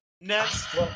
Next